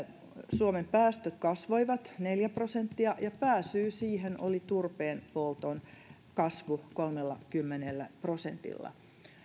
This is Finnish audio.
suomen päästöt kasvoivat neljä prosenttia ja pääsyy siihen oli turpeen polton kasvu kolmellakymmenellä prosentilla